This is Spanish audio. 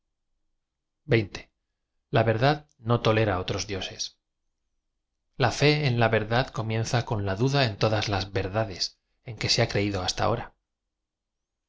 a verdad no tolera otros dioses l a fe en la verdad comienza con la duda en todas las verdades en que se ha creído hasta ahora